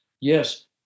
yes